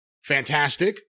fantastic